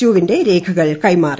U വിന്റെ രേഖകൾ കൈമാറി